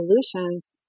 solutions